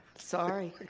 sorry.